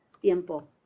tiempo